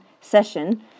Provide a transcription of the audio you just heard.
session